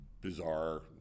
bizarre